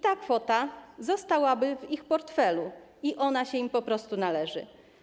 Ta kwota zostałaby w ich portfelu i ona się im po prostu należy.